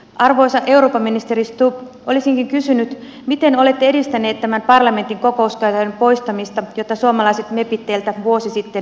arvoisa eurooppaministeri stubb olisinkin kysynyt miten olette edistänyt tämän parlamentin kokouskäytännön poistamista jonka puolesta suomalaiset mepit teihin vuosi sitten jo vetosivat